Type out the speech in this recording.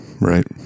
right